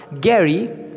Gary